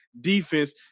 defense